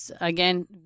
again